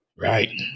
right